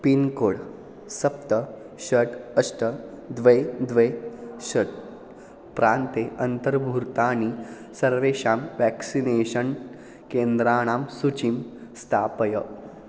pincode सप्त षट् अष्ट द्वे द्वे षट् प्रान्ते अन्तर्भूतानि सर्वेषां व्याक्सिनेषन् केन्द्राणां सूचीं स्थापय